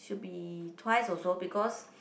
should be twice also because